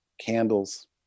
candles